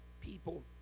people